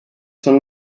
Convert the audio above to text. son